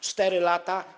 4 lata?